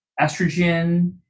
estrogen